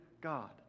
God